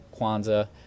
Kwanzaa